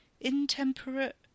Intemperate